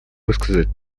высказать